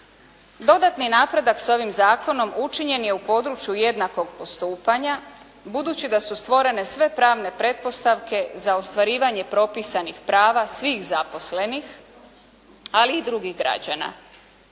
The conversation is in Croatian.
Dodatni napredak sa ovim zakonom učinjen je u području jednakog postupanja, budući da su stvorene sve pravne pretpostavke za ostvarivanje propisanih prava svih zaposlenih, ali i drugih građana.